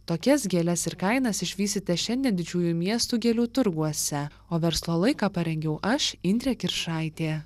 tokias gėles ir kainas išvysite šiandien didžiųjų miestų gėlių turguose o verslo laiką parengiau aš indrė kiršaitė